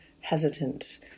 hesitant